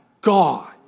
God